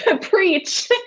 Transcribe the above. preach